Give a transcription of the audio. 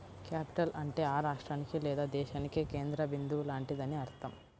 capital అంటే ఆ రాష్ట్రానికి లేదా దేశానికి కేంద్ర బిందువు లాంటిదని అర్థం